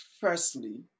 firstly